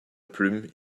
plume